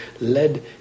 led